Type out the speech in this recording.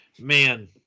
Man